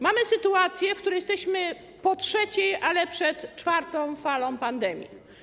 Mamy sytuację, w której jesteśmy po trzeciej, ale przed czwartą falą pandemii.